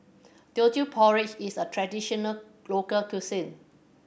Teochew Porridge is a traditional local cuisine